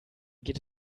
geht